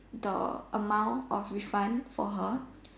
the amount of refund for her